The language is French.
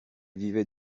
vivait